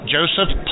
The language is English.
Joseph